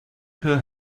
her